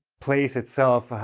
place itself,